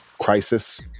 crisis